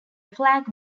flag